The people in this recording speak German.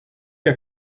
der